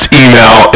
email